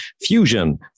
Fusion